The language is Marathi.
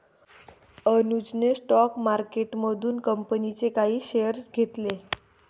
अनुजने स्टॉक मार्केटमधून कंपनीचे काही शेअर्स घेतले